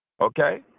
Okay